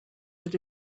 that